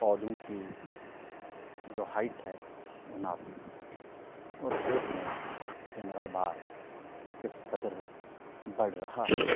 پودھوں کی جو ہائٹ ہے وہ ناپ لوں اور دیکھ لوں کہ میرا باغ کس قدر بڑھ رہا ہے